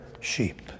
sheep